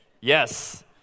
Yes